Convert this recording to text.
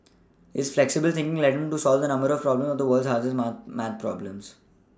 his flexible thinking led him to solve a number of the problems of the world's hardest mark math problems